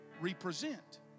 represent